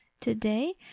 Today